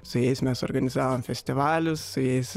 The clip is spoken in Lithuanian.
su jais mes organizavom festivalius su jais